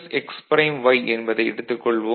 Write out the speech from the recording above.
y என்பதை எடுத்துக் கொள்வோம்